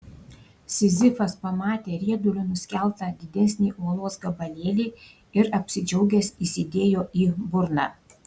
sizifas pamatė riedulio nuskeltą didesnį uolos gabalėlį ir apsidžiaugęs įsidėjo į burną